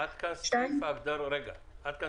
עד כאן סעיף ההגדרות.